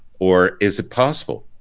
or is it possible?